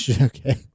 Okay